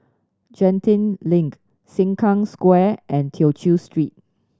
Genting Link Sengkang Square and Tew Chew Street